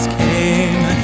came